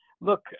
look